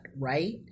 right